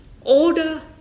order